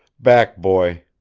back, boy!